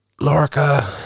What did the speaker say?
Lorca